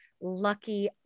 lucky